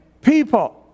people